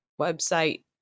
website